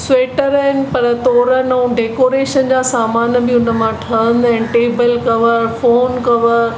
seater आहिनि पर तोरनि ऐं डेकोरेशन जा सामान बि उन मां ठहंदा आहिनि टेबल कवर फ़ोन कवर